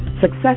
Success